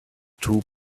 two